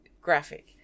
Graphic